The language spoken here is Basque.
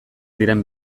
diren